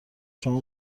شما